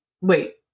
wait